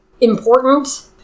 important